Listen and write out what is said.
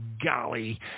Golly